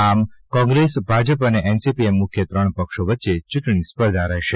આમ કોંગ્રેસ ભાજપ અને એનસીપી એમ મુખ્ય ત્રણ પક્ષો વચ્ચે ચૂંટણી સ્પર્ધા રહેશે